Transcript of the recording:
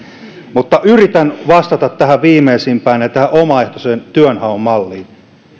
mutta yritän vastata tähän viimeisimpään eli tähän omaehtoisen työnhaun malliin